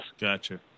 Gotcha